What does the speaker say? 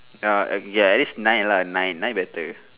ya okay K at least nine lah nine nine better